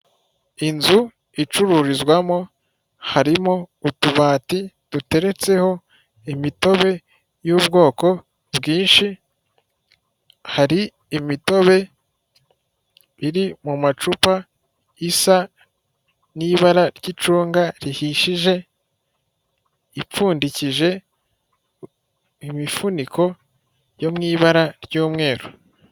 Inzu icururizwamo, harimo utubati duteretseho imitobe y'ubwoko bwinshi, hari imitobe iri mu macupa isa n'ibara ry'icunga rihishije, ipfundikije imifuniko yo mu ibara ry'umweru.